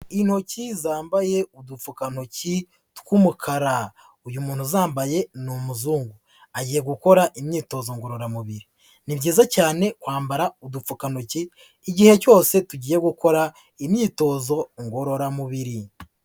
Intoki zambaye udupfukantoki tw'umukara. Uyu muntu uzambaye ni umuzungu. Agiye gukora imyitozo ngororamubiri. Ni byiza cyane kwambara udupfukantoki igihe cyose tugiye gukora imyitozo ngororamubiri.